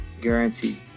Guarantee